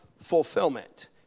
fulfillment